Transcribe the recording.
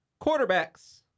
quarterbacks